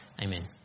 amen